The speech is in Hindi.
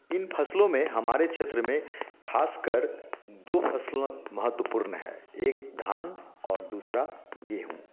इन फसलों में हमारे क्षेत्र में खासकर दो फसल महत्वपूर्ण है एक धान और दूसरा गेहूँ